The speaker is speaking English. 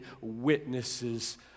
witnesses